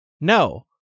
No